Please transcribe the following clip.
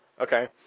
Okay